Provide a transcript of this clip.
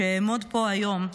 שאעמוד פה היום,